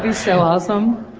and so awesome.